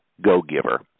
go-giver